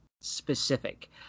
specific